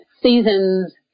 seasons